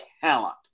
talent